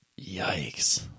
Yikes